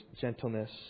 gentleness